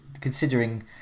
considering